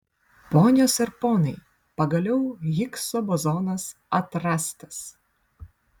ponios ir ponai pagaliau higso bozonas atrastas